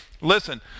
Listen